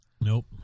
Nope